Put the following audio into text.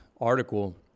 article